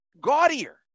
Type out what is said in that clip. gaudier